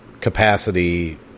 capacity